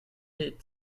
hit